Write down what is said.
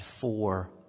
four